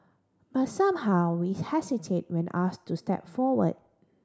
but somehow we hesitate when asked to step forward